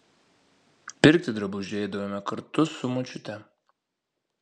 pirkti drabužių eidavome kartu su močiute